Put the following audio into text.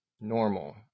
normal